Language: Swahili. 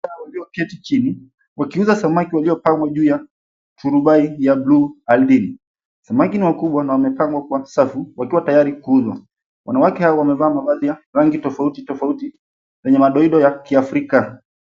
Walioketi chini wakiuza samaki waliopangwa juu ya turubai ya bluu ardhini. Samaki ni wakubwa na wamepangwa kwa safu wakiwa tayari kuuzwa. Wanawake hao wamevaa mavazi ya rangi tofauti tofauti yenye madoido ya kiafrika.